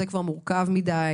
זה כבר מורכב מדי,